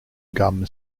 gum